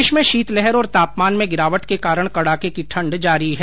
प्रदेश में शीतलहर और तापमान में गिरावट के कारण कड़ाके की ठंड जारी हैं